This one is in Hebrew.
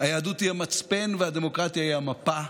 היהדות היא המצפן, והדמוקרטיה היא המפה,